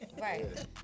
Right